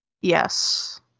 Yes